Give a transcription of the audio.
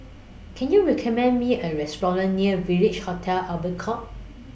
Can YOU recommend Me A Restaurant near Village Hotel Albert Court